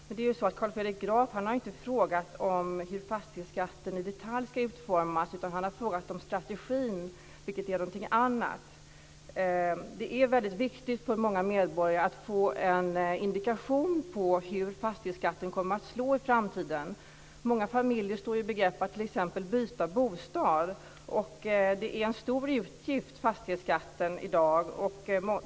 Men Carl Fredrik Graf har ju inte frågat hur fastighetsskatten i detalj ska utformas, utan han har frågat om strategin, vilket är någonting annat. Det är väldigt viktigt för många medborgare att få en indikation på hur fastighetsskatten kommer att slå i framtiden. Många familjer står i begrepp att t.ex. byta bostad, och fastighetsskatten är en stor utgift i dag.